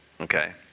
Okay